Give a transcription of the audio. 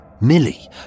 Millie